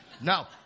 Now